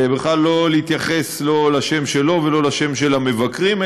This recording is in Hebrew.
לא להתייחס לשם שלו ולא לשם של המבקרים,